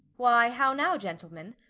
why how now gentlemen?